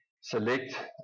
select